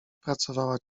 pracowała